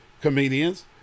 comedians